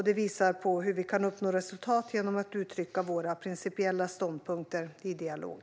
Det visar på hur vi kan uppnå resultat genom att uttrycka våra principiella ståndpunkter i dialog.